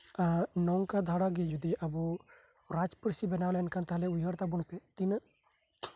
ᱟᱨ ᱱᱚᱝᱠᱟ ᱫᱷᱟᱨᱟᱜᱮ ᱡᱚᱫᱤ ᱨᱟᱡᱽ ᱯᱟᱹᱨᱥᱤ ᱵᱮᱱᱟᱣ ᱞᱮᱱᱠᱷᱟᱱ ᱛᱟᱦᱞᱮ ᱩᱭᱦᱟᱹᱨ ᱛᱟᱵᱚᱱᱯᱮ ᱛᱤᱱᱟᱹᱜ